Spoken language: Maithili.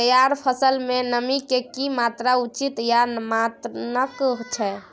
तैयार फसल में नमी के की मात्रा उचित या मानक छै?